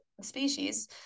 species